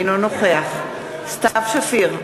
אינו נוכח סתיו שפיר,